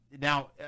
Now